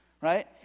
Right